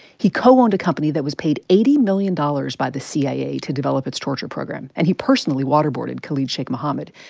he co-owned a company that was paid eighty million dollars by the cia to develop its torture program. and he personally waterboarded khalid sheikh muhammad.